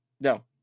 no